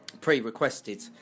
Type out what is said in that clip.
pre-requested